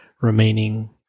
remaining